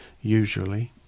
usually